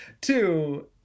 Two